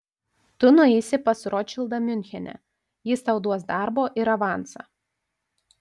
tu nueisi pas rotšildą miunchene jis tau duos darbo ir avansą